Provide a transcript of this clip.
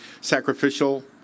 sacrificial